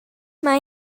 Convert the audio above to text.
mae